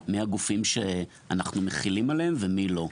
מי הם הגופים שאנחנו מחילים עליהם ועל מי לא.